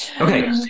Okay